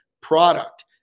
product